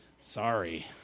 Sorry